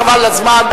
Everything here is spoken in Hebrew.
חבל על הזמן.